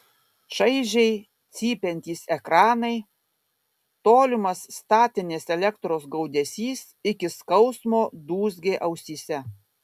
šaižiai cypiantys ekranai tolimas statinės elektros gaudesys iki skausmo dūzgė ausyse